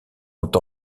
ont